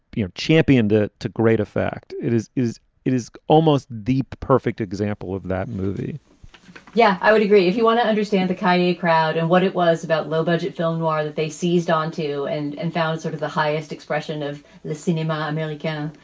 you know, championed it to great effect. it is is it is almost the perfect example of that movie yeah, i would agree. if you want to understand the kind of cia crowd and what it was about, low budget film noir that they seized on to and and found sort of the highest expression of the cinema, and amirli. like yeah